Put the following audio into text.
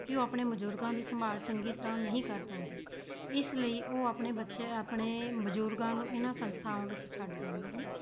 ਕਿ ਉਹ ਆਪਣੇ ਬਜ਼ੁਰਗਾਂ ਦੀ ਸੰਭਾਲ ਚੰਗੀ ਤਰ੍ਹਾਂ ਨਹੀਂ ਕਰ ਪਾਉਂਦੇ ਇਸ ਲਈ ਉਹ ਆਪਣੇ ਬੱਚੇ ਆਪਣੇ ਬਜ਼ੁਰਗਾਂ ਨੂੰ ਇਹਨਾਂ ਸੰਸਥਾਵਾਂ ਵਿੱਚ ਛੱਡ ਜਾਂਦੇ ਹਨ